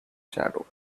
shadow